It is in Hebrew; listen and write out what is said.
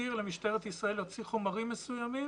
שמתיר למשטרת ישראל להוציא חומרים מסוימים